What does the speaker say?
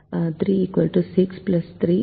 எனவே 6 4 10 v1 0 6 3 9 v2 0 ஐ வைக்கும்